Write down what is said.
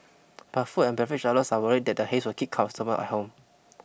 but food and beverage outlets are worried that the haze will keep customers at home